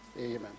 Amen